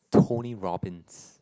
Tony Robbins